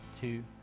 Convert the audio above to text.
two